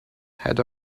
had